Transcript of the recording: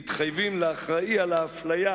מתחייבים לאחראי על האפליה